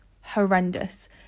horrendous